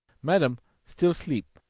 madam still sleep,